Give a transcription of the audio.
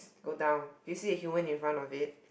go down do you see a human in front of it